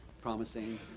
promising